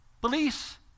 Police